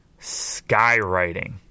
skywriting